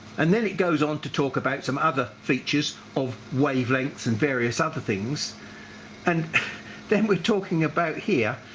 and then it goes on to talk about some other features of wavelengths and various other things and then we're talking about here,